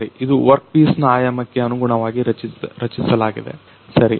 ಇದು ವರ್ಕ್ಪೀಸ್ನ ಆಯಾಮಕ್ಕೆ ಅನುಗುಣವಾಗಿ ರಚಿಸಲಾಗಿದೆ ಸರಿ